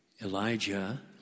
Elijah